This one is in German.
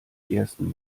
ersten